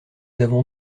avons